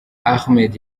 ahmed